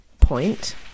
point